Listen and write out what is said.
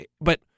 but-